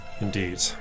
indeed